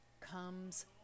comes